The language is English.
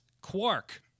Quark